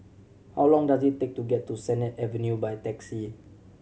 how long does it take to get to Sennett Avenue by taxi